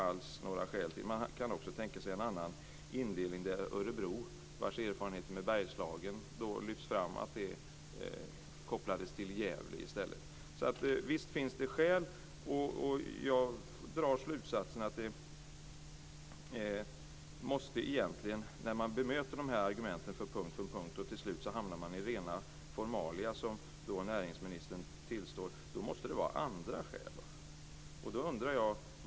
Det går att tänka sig en annan indelning där Örebros erfarenheter från Bergslagen kopplas till Gävle. När argumenten bemöts punkt för punkt och man till slut hamnar i ren formalia - som näringsministern tillstår - måste det finnas andra skäl.